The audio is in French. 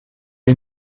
est